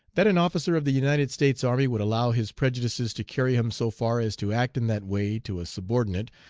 that an officer of the united states army would allow his prejudices to carry him so far as to act in that way to a subordinate,